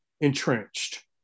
entrenched